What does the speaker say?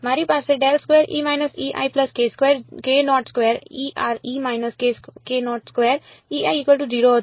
મારી પાસે હતું